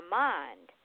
mind